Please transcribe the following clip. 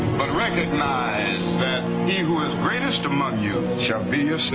but recognze that he who is greatest among you shall be your